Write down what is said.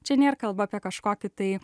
čia nėr kalba apie kažkokį tai